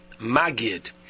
magid